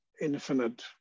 infinite